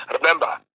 Remember